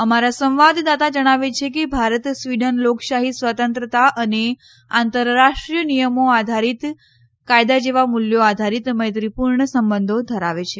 અમારા સંવાદદાતા જણાવે છે કે ભારત સ્વીડન લોકશાહી સ્વતંત્રતા અને આંતરરાષ્ટ્રીય નિયમો આધારીત કાયદા જેવા મૂલ્યો આધારીત મૈત્રીપૂર્ણ સંબંધો ધરાવે છે